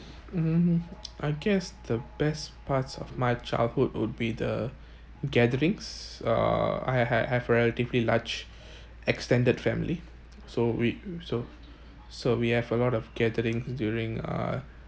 mm I guess the best parts of my childhood would be the gatherings uh I had have relatively large extended family so we so so we have a lot of gatherings during uh